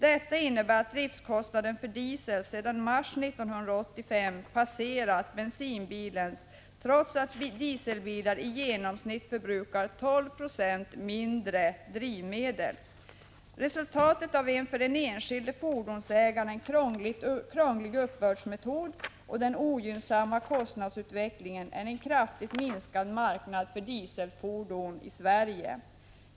Detta innebär att driftkostnaden för dieselbilen sedan mars 1985 har passerat driftkostnaden för bensinbilen, trots att dieselbilar i genomsnitt förbrukar 12 26 mindre drivmedel. Resultatet av en för den enskilde fordonsägaren krånglig uppbördsmetod och den ogynnsamma kostnadsutvecklingen är en kraftigt minskad marknad för dieselfordon i Sverige.